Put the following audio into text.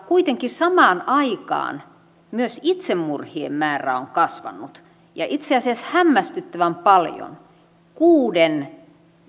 kuitenkin samaan aikaan myös itsemurhien määrä on kasvanut ja itse asiassa hämmästyttävän paljon kuuden